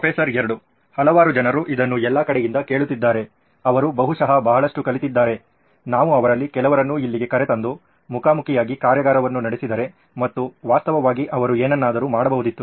professor 2 ಹಲವಾರು ಜನರು ಇದನ್ನು ಎಲ್ಲ ಕಡೆಯಿಂದಲೂ ಕೇಳುತ್ತಿದ್ದಾರೆ ಅವರು ಬಹುಶಃ ಬಹಳಷ್ಟು ಕಲಿತಿದ್ದಾರೆ ನಾವು ಅವರಲ್ಲಿ ಕೆಲವರನ್ನು ಇಲ್ಲಿಗೆ ಕರೆತಂದು ಮುಖಾಮುಖಿಯಾಗಿ ಕಾರ್ಯಾಗಾರವನ್ನು ನಡೆಸಿದರೆ ಮತ್ತು ವಾಸ್ತವವಾಗಿ ಅವರು ಏನನ್ನಾದರೂ ಮಾಡಬಹುದಿತ್ತು